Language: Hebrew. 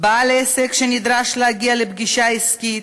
בעל עסק שנדרש להגיע לפגישה עסקית,